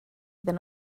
iddyn